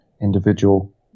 individual